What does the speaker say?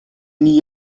n’y